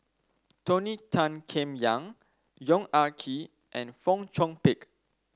Tony Tan Keng Yam Yong Ah Kee and Fong Chong Pik